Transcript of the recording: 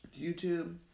YouTube